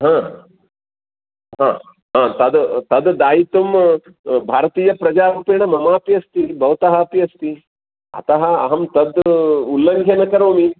हा हा तद् तद् दायित्वं भारतीयप्रजात्वेन ममापि अस्ति भवतः अपि अस्ति अतः अहं तद् उल्लङ्घनं न करोमि